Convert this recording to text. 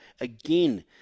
again